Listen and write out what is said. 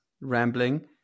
rambling